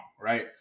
Right